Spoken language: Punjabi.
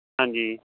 ਹਾਂਜੀ